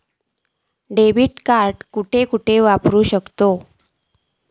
Debit card कुठे कुठे वापरू शकतव?